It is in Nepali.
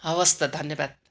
हवस् त धन्यवाद